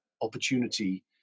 opportunity